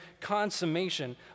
consummation